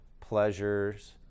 pleasures